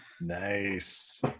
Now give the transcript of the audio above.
nice